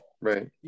Right